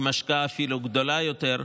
עם השקעה אפילו גדולה יותר,